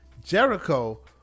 jericho